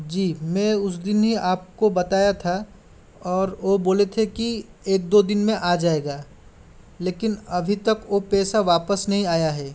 जी मैं उस दिन ही आपको बताया था और ओ बोले थे कि एक दो दिन में आ जाएगा लेकिन अभी तक ओ पैसा वापस नहीं आया है